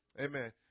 Amen